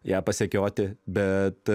ją pasekioti bet